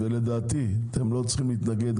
ולדעתי אתם לא צריכים להתנגד,